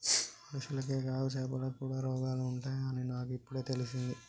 మనుషులకే కాదు చాపలకి కూడా రోగాలు ఉంటాయి అని నాకు ఇపుడే తెలిసింది